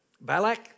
Balak